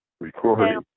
recording